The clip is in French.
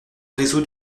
réseau